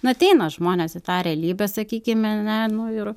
na ateina žmonės į tą realybę sakykime ne nu ir